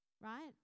Right